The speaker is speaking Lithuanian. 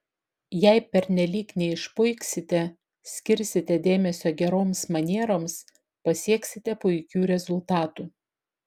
jei pernelyg neišpuiksite skirsite dėmesio geroms manieroms pasieksite puikių rezultatų